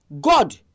God